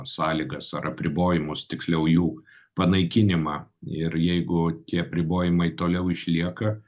sąlygas ar apribojimus tiksliau jų panaikinimą ir jeigu tie apribojimai toliau išlieka